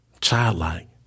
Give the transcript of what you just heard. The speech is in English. childlike